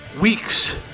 weeks